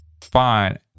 Fine